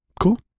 cool